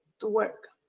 to work